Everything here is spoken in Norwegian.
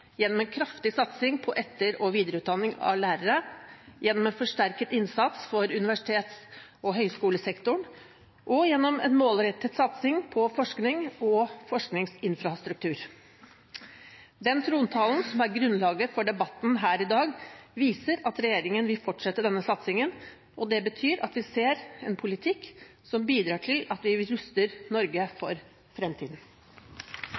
gjennom en kraftig satsing på etter- og videreutdanning av lærere, gjennom en forsterket innsats for universitets- og høyskolesektoren og gjennom en målrettet satsing på forskning og forskningsinfrastruktur. Trontalen som er grunnlaget for debatten her i dag, viser at regjeringen vil fortsette denne satsingen, og det betyr at vi ser en politikk som bidrar til at vi ruster Norge